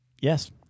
yes